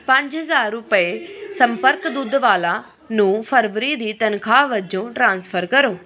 ਪੰਜ ਹਜ਼ਾਰ ਰੁਪਏ ਸੰਪਰਕ ਦੁੱਧ ਵਾਲਾ ਨੂੰ ਫਰਵਰੀ ਦੀ ਤਨਖਾਹ ਵਜੋਂ ਟ੍ਰਾਂਸਫਰ ਕਰੋ